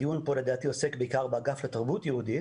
הדיון פה לדעתי עוסק בעיקר באגף תרבות יהודית